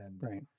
Right